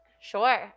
Sure